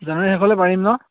জানুৱাৰী শেষলে পাৰিম ন